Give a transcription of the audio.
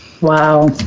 Wow